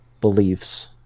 beliefs